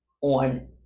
on